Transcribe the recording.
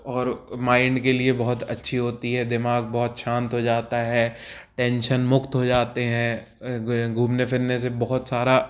और माइंड के लि बहुत अच्छी होती है दिमाग़ बहुत शाँत हो जाता है टेंशन मुक्त हो जाते हैं घूमने फिरने से बहुत सारा